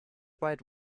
wide